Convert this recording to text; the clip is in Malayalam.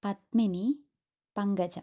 പത്മിനി പങ്കജം